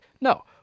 No